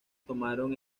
tomaron